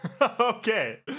Okay